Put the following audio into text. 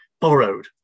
borrowed